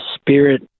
spirit